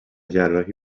جراحی